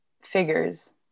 figures